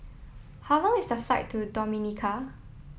how long is the flight to Dominica